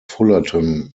fullerton